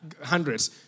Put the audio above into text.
hundreds